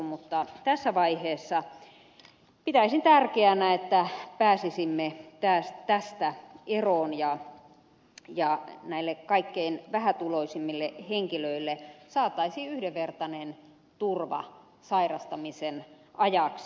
mutta tässä vaiheessa pitäisin tärkeänä että pääsisimme tästä eroon ja näille kaikkein vähätuloisimmille henkilöille saataisiin yhdenvertainen turva sairastamisen ajaksi